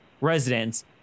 residents